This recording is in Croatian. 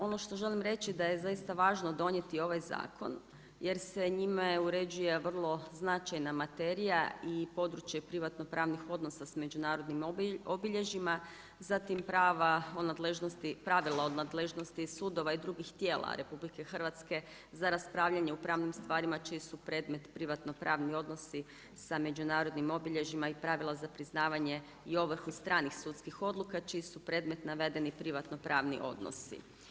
Ono što želim reći da je zaista važno donijeti ovaj zakon jer se njime uređuje vrlo značajna materija i područje privatno pravnih odnosa s međunarodnim obilježjima, zatim pravila o nadležnosti sudova i drugih tijela RH za raspravljanje u pravnim stvarima čiji su predmet privatno pravni odnosi sa međunarodnim obilježjima i pravila za priznavanje i ovrhu stranih sudskih odluka čiji su predmet navedeni privatno pravni odnosi.